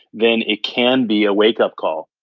then it can be a wake-up call,